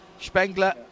Spengler